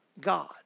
God